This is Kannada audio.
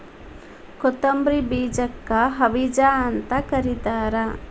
ಕೊತ್ತಂಬ್ರಿ ಬೇಜಕ್ಕ ಹವಿಜಾ ಅಂತ ಕರಿತಾರ